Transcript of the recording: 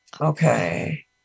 Okay